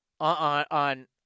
on